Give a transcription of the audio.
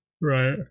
Right